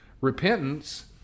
Repentance